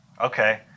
Okay